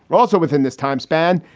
but also, within this time span,